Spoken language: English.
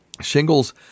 Shingles